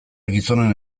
gizonen